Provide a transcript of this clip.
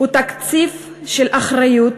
הוא תקציב של אחריות,